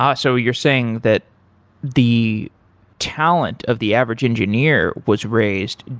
um so you're saying that the talent of the average engineer was raised,